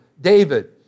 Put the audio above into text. David